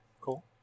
Cool